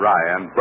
Ryan